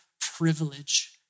privilege